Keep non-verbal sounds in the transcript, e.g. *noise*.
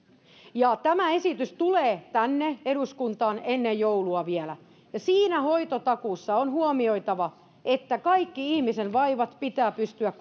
tämä esitys tulee tänne eduskuntaan vielä ennen joulua ja siinä hoitotakuussa on huomioitava että kaikki ihmisen vaivat pitää pystyä *unintelligible*